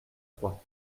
trois